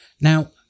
Now